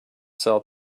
sell